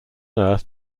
earth